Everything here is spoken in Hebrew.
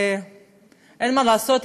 אין מה לעשות,